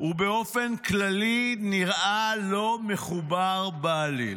ובאופן כללי נראה לא מחובר בעליל.